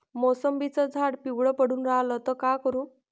मोसंबीचं झाड पिवळं पडून रायलं त का करू?